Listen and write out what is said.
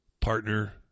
partner